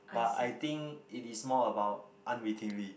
but I think it is more about unwittingly